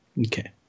Okay